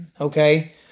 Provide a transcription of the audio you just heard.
okay